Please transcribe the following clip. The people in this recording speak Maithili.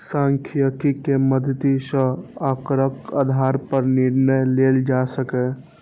सांख्यिकी के मदति सं आंकड़ाक आधार पर निर्णय लेल जा सकैए